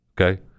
Okay